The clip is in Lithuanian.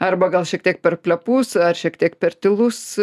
arba gal šiek tiek per plepus ar šiek tiek per tylus